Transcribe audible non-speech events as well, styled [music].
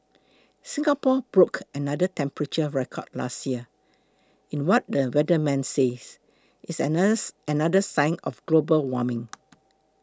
Singapore broke another temperature record last year in what the weatherman says is [unintelligible] another sign of global warming